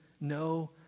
no